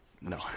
No